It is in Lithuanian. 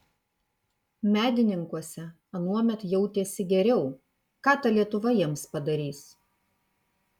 medininkuose anuomet jautėsi geriau ką ta lietuva jiems padarys